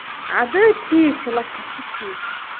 اَدٕ ٹھیٖک چھُ لَچھس چھُ ٹھیٖک